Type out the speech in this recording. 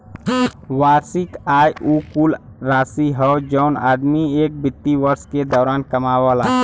वार्षिक आय उ कुल राशि हौ जौन आदमी एक वित्तीय वर्ष के दौरान कमावला